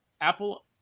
Apple